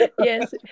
yes